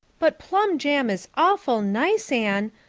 but plum jam is awful nice, anne.